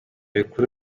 bikuru